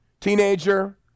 teenager